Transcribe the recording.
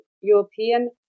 European